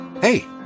Hey